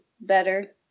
better